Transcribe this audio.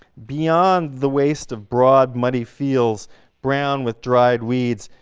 beyond the waste of broad, muddy fields brown with dried weeds,